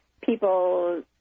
people